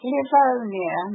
Livonia